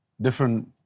different